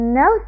no